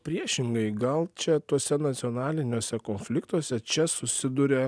priešingai gal čia tuose nacionaliniuose konfliktuose čia susiduria